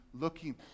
looking